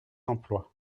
emplois